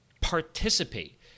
participate